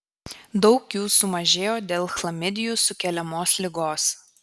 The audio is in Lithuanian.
daug jų sumažėjo dėl chlamidijų sukeliamos ligos